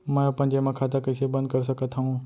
मै अपन जेमा खाता कइसे बन्द कर सकत हओं?